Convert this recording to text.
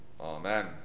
Amen